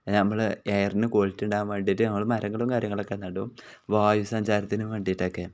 നമ്മൾ എയറിന് ക്വാളിറ്റി ഉണ്ടാകാൻ വേണ്ടിയിട്ട് നമ്മൾ മരങ്ങളും കാര്യങ്ങളൊക്കെ നടും വായു സഞ്ചാരത്തിന് വേണ്ടിയിട്ടൊക്കെ